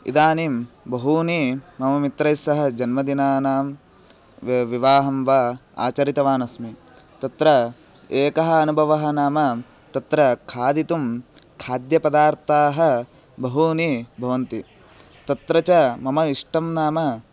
इदानीं बहूनि मम मित्रैः सह जन्मदिनानां वा विवाहं वा आचरितवान् अस्मि तत्र एकः अनुभवः नाम तत्र खादितुं खाद्यपदार्थाः बहूनि भवन्ति तत्र च मम इष्टं नाम